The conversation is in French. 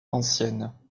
anciennes